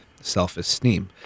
self-esteem